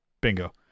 Bingo